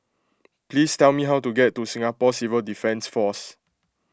please tell me how to get to Singapore Civil Defence force